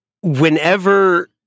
whenever